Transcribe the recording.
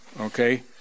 Okay